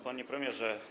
Panie Premierze!